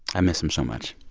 i miss him so much